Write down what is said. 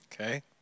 Okay